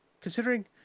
considering